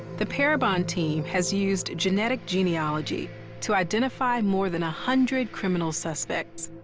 the parabon team has used genetic genealogy to identify more than a hundred criminal suspects.